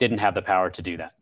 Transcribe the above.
didn't have the power to do that